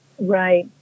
Right